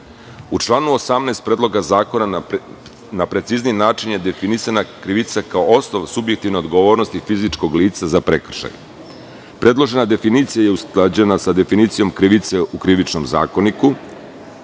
članu 18. Predloga zakona na precizniji način je definisana krivica kao osnov subjektivne odgovornosti fizičkog lica za prekršaj. Predložena definicija je usklađena sa definicijom krivice u Krivičnom zakoniku. Dobro